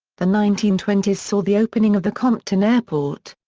the nineteen twenty s saw the opening of the compton airport.